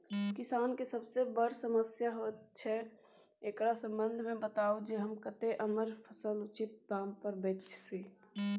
किसान के सबसे बर समस्या होयत अछि, एकरा संबंध मे बताबू जे हम कत्ते अपन फसल उचित दाम पर बेच सी?